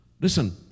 Listen